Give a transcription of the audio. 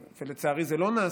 ולצערי זה לא נעשה.